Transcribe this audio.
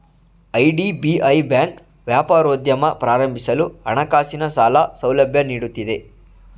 IDBI bank ವ್ಯಾಪಾರೋದ್ಯಮ ಪ್ರಾರಂಭಿಸಲು ಹಣಕಾಸಿನ ಸಾಲ ಸೌಲಭ್ಯ ನೀಡುತ್ತಿದೆ